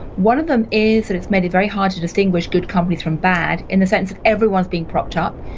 one of them is that it's made it very hard to distinguish good companies from bad in the sense that everyone's being propped up.